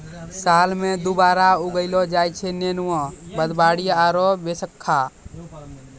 साल मॅ दु बार उगैलो जाय छै नेनुआ, भदबारी आरो बैसक्खा